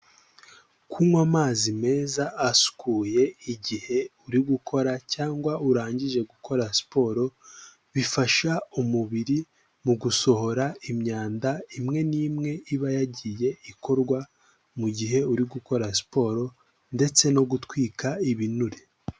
Kunywa amazi meza asukuye igihe uri gukora cyangwa urangije gukora siporo, bifasha umubiri mu gusohora imyanda imwe n'imwe iba yagiye ikorwa, mu gihe uri gukora siporo ndetse no gutwika ibinure.